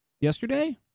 yesterday